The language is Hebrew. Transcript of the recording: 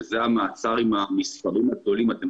שזה המעצר עם המספרים הגדולים אתם